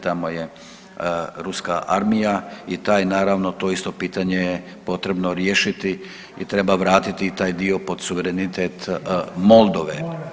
Tamo je ruska armija i to naravno, to je isto pitanje potrebno riješiti i treba vratiti i taj dio pod suverenitet Moldove.